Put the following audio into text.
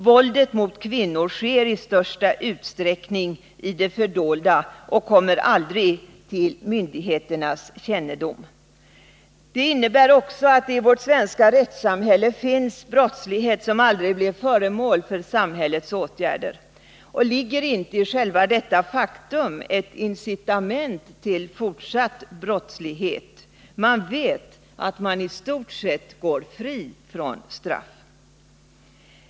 Våldet mot kvinnor sker i största utsträckning i det fördolda och kommer aldrig till myndigheternas kännedom. Det innebär att i vårt svenska rättssamhälle finns brottslighet som aldrig blir föremål för samhällets åtgärder. Ligger det inte i själva detta faktum ett incitament till fortsatt brottslighet? Man vet att man i stort sett går fri från straff.